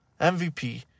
MVP